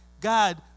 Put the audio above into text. god